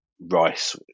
rice